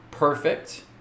Perfect